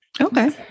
Okay